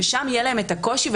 ושם יהיה להם קושי,